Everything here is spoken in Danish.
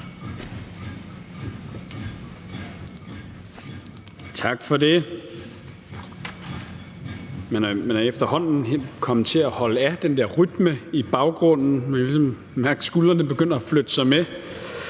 Tak for det. Man er efterhånden helt kommet til at holde af den der rytme i baggrunden. Man kan ligesom mærke skuldrene begynde at flytte sig med.